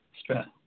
stress